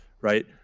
right